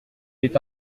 est